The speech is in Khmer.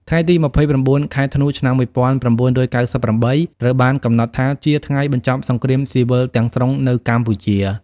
ថ្ងៃទី ២៩ ខែធ្នូ ឆ្នាំ ១៩៩៨ ត្រូវបានកំណត់ថាជាថ្ងៃបញ្ចប់សង្គ្រាមស៊ីវិលទាំងស្រុងនៅកម្ពុជា។